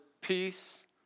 peace